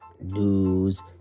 news